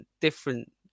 different